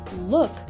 look